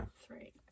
Three